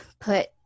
put